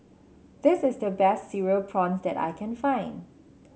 this is the best Cereal Prawns that I can find